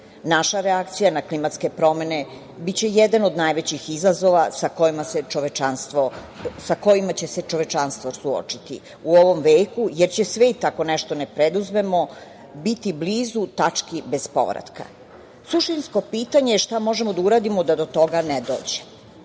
Naša reakcija na klimatske promene biće jedan od najvećih izazova sa kojima će se čovečanstvo suočiti u ovom veku, jer će svet ako nešto ne preduzmemo biti blizu tački bez povratka. Suštinsko pitanje je šta možemo da uradimo da do toga ne dođe?